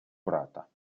брата